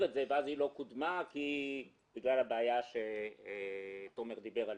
אבל היא לא קודמה בגלל הבעיה שתומר רוזנר דיבר עליה,